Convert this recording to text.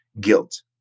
guilt